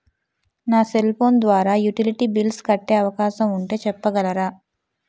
నా cell phone utility యుటిలిటీ బిల్ల్స్ కట్టే అవకాశం ఉంటే చెప్పగలరా?